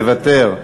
מוותר.